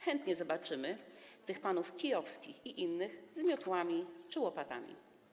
Chętnie zobaczymy tych panów Kijowskich i innych z miotłami czy łopatami.